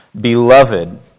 Beloved